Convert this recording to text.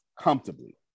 comfortably